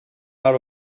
mar